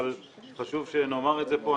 אבל חשוב שנאמר את זה פה,